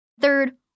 Third